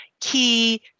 key